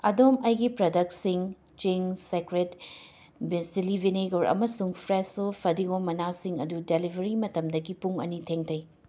ꯑꯗꯣꯝ ꯑꯩꯒꯤ ꯄ꯭ꯔꯗꯛꯁꯤꯡ ꯆꯤꯡꯁ ꯁꯦꯀ꯭ꯔꯦꯠ ꯆꯤꯂꯤ ꯚꯤꯅꯦꯒꯔ ꯑꯃꯁꯨꯡ ꯐ꯭ꯔꯦꯁꯣ ꯐꯗꯤꯒꯣꯝ ꯃꯅꯥꯁꯤꯡ ꯑꯗꯨ ꯗꯦꯂꯤꯚꯔꯤ ꯃꯇꯝꯗꯒꯤ ꯄꯨꯡ ꯑꯅꯤ ꯊꯦꯡꯊꯩ